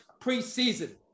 preseason